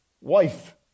Wife